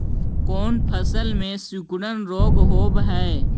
कोन फ़सल में सिकुड़न रोग होब है?